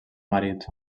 marit